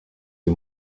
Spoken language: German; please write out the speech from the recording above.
die